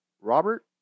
Robert